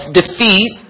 defeat